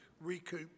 recoup